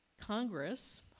Congress